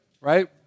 right